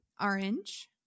orange